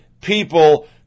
people